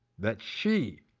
that she